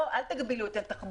אמרתם לנו אל תגבילו את התחבורה,